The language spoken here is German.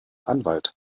anwalt